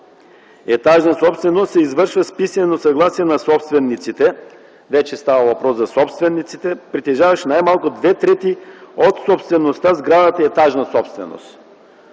етажна собственост, се извършва с писмено съгласие на собствениците – вече става въпрос за собствениците – притежаващи най-малко 2-3 от собствеността в сградата – етажна собственост.